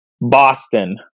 Boston